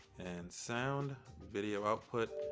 and sound video output.